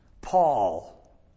Paul